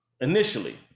initially